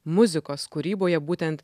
muzikos kūryboje būtent